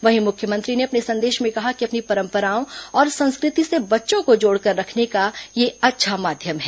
वहीं मुख्यमंत्री ने अपने संदेश में कहा है कि अपनी परम्पराओं और संस्कृति से बच्चों को जोड़कर रखने का यह अच्छा माध्यम है